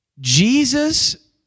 Jesus